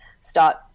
start